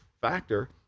factor